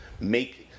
make